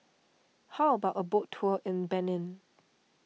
how about a boat tour in Benin